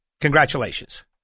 Congratulations